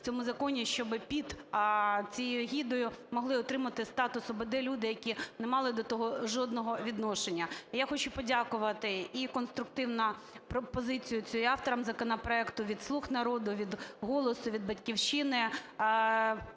у цьому законі, щоб під цією егідою могли отримати статус УБД люди, які не мали до того жодного відношення. І я хочу подякувати… конструктивна пропозиція і авторам законопроекту від "Слуг народу", від "Голосу", від "Батьківщини",